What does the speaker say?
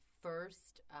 first—